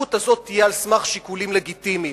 שהכשרות הזאת תהיה על סמך שיקולים לגיטימיים.